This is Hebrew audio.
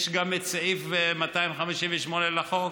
יש גם את סעיף 258א לחוק,